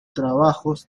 trabajos